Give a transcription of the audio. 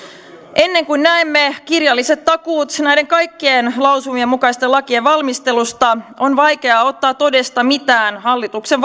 ennen kuin näemme kirjalliset takuut näiden kaikkien lausumien mukaisten lakien valmistelusta on vaikeaa ottaa todesta mitään hallituksen